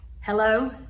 hello